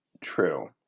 True